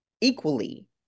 equally